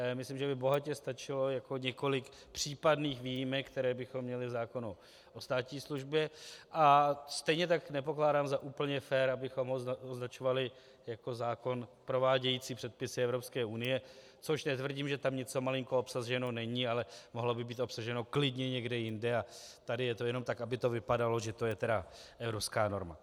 Myslím, že by bohatě stačilo několik případných výjimek, které bychom měli k zákonu o státní službě, a stejně tak nepokládám za úplně fér, abychom ho označovali jako zákon provádějící předpisy Evropské unie, což netvrdím, že tam něco malinko obsaženo není, ale mohlo by to být obsaženo klidně někde jinde a tady je to jenom tak, aby to vypadalo, že to je evropská norma.